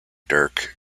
dirk